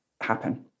happen